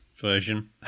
version